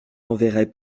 enverrai